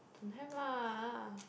don't have lah